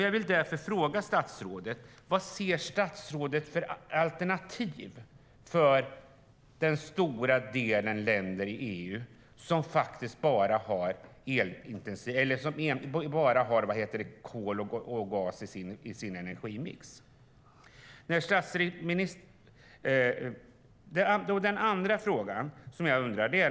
Jag vill därför fråga statsrådet vad hon ser för alternativ för den stora andelen länder i EU som bara har kol och gas i sin energimix. Den andra frågan jag har gäller det som statsministern sade om svensk kärnkraft.